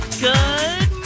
Good